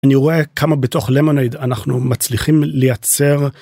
אני רואה כמה בתוך למונייד אנחנו מצליחים לייצר.